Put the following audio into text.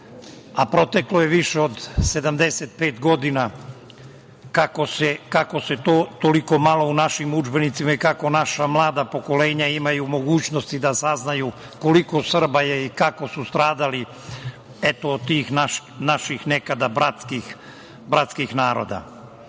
a proteklo je više od 75 godina kako se to toliko malo u našim udžbenicima, i kako naša mlada pokolenja imaju mogućnosti da saznaju koliko Srba je i kako su stradali, eto, od tih naših nekada bratskih naroda. Kada